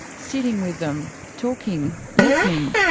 sitting with them, talking, listening.